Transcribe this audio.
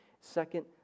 Second